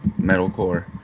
metalcore